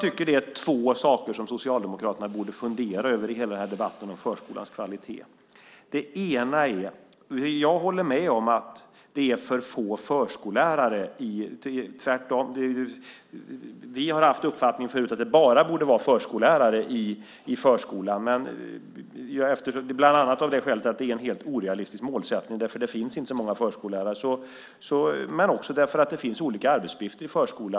Det är två saker som Socialdemokraterna borde fundera över i debatten om förskolans kvalitet. Jag håller med om att det är för få förskollärare. Vi har förut haft uppfattningen att det bara borde vara förskollärare i förskolan. Men det är en helt orealistisk målsättning eftersom det inte finns så många förskollärare. Dessutom det finns olika arbetsuppgifter i förskolan.